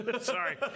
Sorry